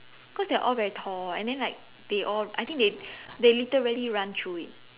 cause they all very tall and then like they all I think they they literally run through it